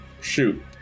shoot